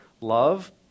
Love